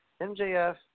MJF